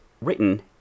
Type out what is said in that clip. written